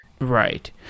Right